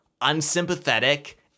unsympathetic